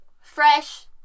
fresh